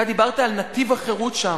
אתה דיברת שם על "נתיב החירות":